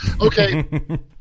okay